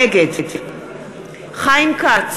נגד חיים כץ,